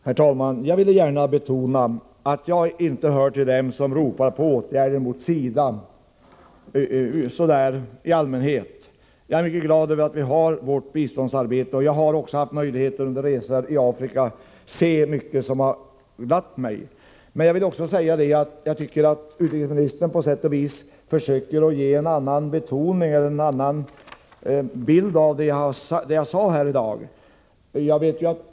Herr talman! Jag ville gärna betona att jag inte hör till dem som brukar ropa på åtgärder mot SIDA. Jag är mycket glad över att vi har vårt biståndsarbete, och jag har också under resor i Afrika haft möjlighet att se mycket som glatt mig. Jag tycker emellertid att utrikesministern på sätt och vis försöker ge en annan bild av det som jag sade.